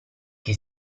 che